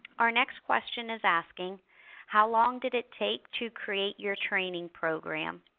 our next question is asking how long did it take to create your training program